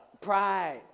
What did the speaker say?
Pride